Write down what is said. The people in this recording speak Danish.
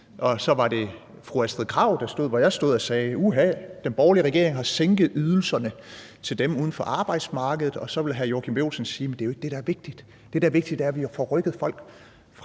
have været socialministeren, der stod her, hvor jeg står, og som sagde, at den borgerlige regering har sænket ydelserne til dem uden for arbejdsmarkedet, hvortil hr. Joachim B. Olsen ville sige: Jamen det er jo ikke det, der er vigtigt; det, der er vigtigt, er, at vi har fået rykket folk fra